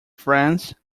france